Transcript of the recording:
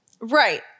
Right